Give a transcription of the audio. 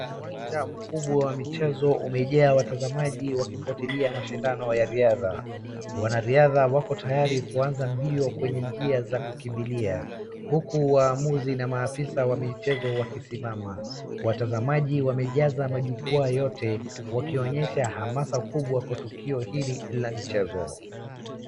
Uwanja mkubwa wa michezo umejaa watazamaji wakifuatilia mashindano ya riadha. Wanariadha wako tayari kuanza mbio kwenye njia za kukimbilia huku waamuuzi na maafisa wa michezo wakisimama. Watazamaji wamejaza majukwaa yote wakionyesha hamasa kubwa kwa tukio hili la michezo.